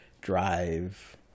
drive